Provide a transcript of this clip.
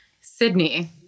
Sydney